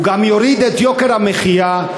הוא גם יוריד את יוקר המחיה,